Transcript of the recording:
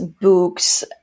books